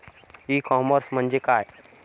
E commerce म्हणजे काय?